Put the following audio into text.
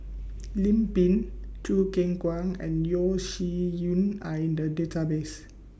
Lim Pin Choo Keng Kwang and Yeo Shih Yun Are in The Database